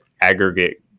aggregate